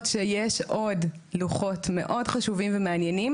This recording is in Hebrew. שיש עוד לוחות מאוד חשובים ומעניינים,